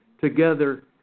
together